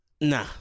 Nah